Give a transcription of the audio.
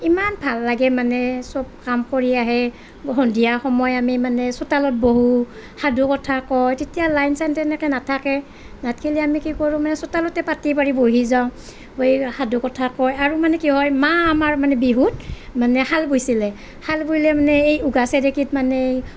ইমান ভাল লাগে মানে চব কাম কৰি আহে সন্ধিয়া সময় আমি মানে চোতালত বহো সাধুকথা কওঁ তেতিয়া লাইন চাইন তেনেকে নাথাকে নাথকিলে আমি কি কৰোঁ মানে চোতালতে পাটি পাৰি বহি যাওঁ বহি সাধুকথা কয় আৰু মানে কি হয় মা আমাৰ মানে বিহুত মানে শাল বৈছিলে শালে ব'লে মানে এই ঊঘা চেৰেকীত মানে